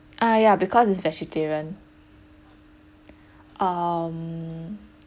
ah ya because it's vegetarian um